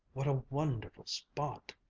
what a wonderful spot!